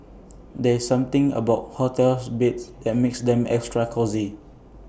there's something about hotel beds that makes them extra cosy